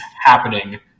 happening